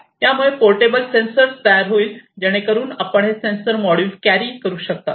यामुळे portable sensor तयार होईल जेणेकरून आपण हे सेन्सर मॉड्यूल कॅरी करू शकता